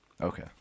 Okay